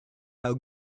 how